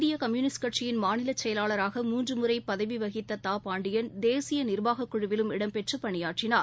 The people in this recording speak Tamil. இந்திய கம்யுனிஸ்ட் கட்சியின் மாநில செயலாளராக மூன்று முறை பதவி வகித்த தா பாண்டியன் தேசிய நிர்வாகக் குழுவிலும் இடம்பெற்று பணியாற்றினார்